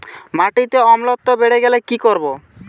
মাটিতে অম্লত্ব বেড়েগেলে কি করব?